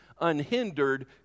unhindered